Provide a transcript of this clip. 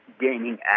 gaining